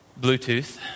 Bluetooth